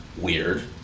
weird